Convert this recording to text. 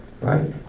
right